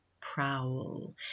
prowl